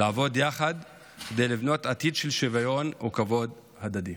לעבוד יחד כדי לבנות עתיד של שוויון וכבוד הדדי.